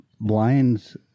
blinds